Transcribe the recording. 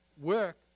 work